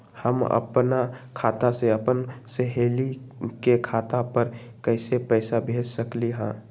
हम अपना खाता से अपन सहेली के खाता पर कइसे पैसा भेज सकली ह?